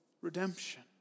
Redemption